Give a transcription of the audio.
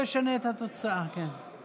נגמר פרק החקיקה, רבותיי.